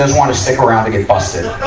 wanna stick around to get busted